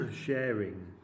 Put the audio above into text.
sharing